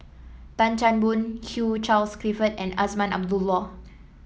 Tan Chan Boon Hugh Charles Clifford and Azman Abdullah